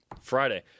Friday